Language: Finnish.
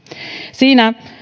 siinä